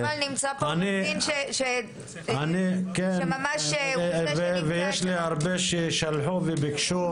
חבל, נמצא פה עו"ד --- יש לי הרבה ששלחו וביקשו,